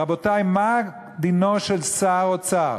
רבותי, מה דינו של שר אוצר